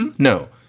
and no.